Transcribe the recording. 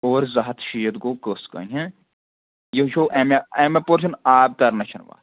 اور زٕ ہَتھ شیٖتھ گوٚو کٔژٕ کٲنۍ یہِ وُچھو اَمہِ اَمہِ اپور چھُنہٕ آب تَرنَس چھَنہٕ وَتھ